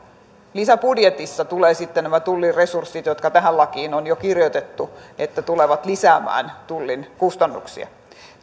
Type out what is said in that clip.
lisäbudjetissa tulevat mukaan nämä tullin resurssit jotka tähän lakiin on jo kirjoitettu kun tullaan lisäämään tullin kustannuksia sitten